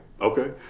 Okay